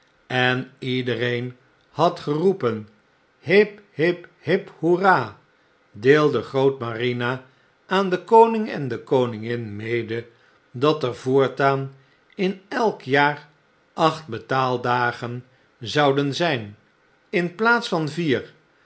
en iedereen had geroepen hip hip hip hoera deelde grootmarina aan den koning en de koningin mede dat er voortaan in elk jaar acht betaaldagen zouden zijn in plaats van vier